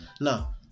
Now